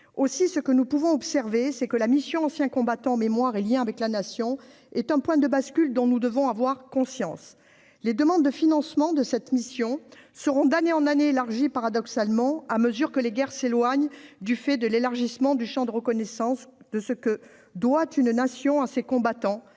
aussi ce que nous pouvons observer, c'est que la mission Anciens combattants, mémoire et Liens avec la nation est un point de bascule dont nous devons avoir conscience, les demandes de financement de cette mission seront d'année en année élargit paradoxalement à mesure que les guerres s'éloigne du fait de l'élargissement du Champ de reconnaissance de ce que doit une nation à ses combattants